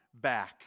back